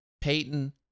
Peyton